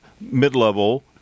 mid-level